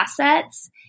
assets